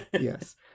Yes